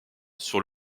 sur